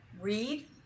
read